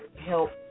help